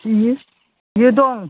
बियो बियो दं